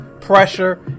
pressure